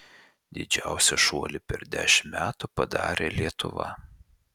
didžiausią šuolį per dešimt metų padarė lietuva